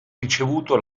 ricevuto